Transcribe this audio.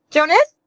Jonas